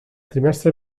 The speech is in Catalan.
trimestre